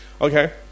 Okay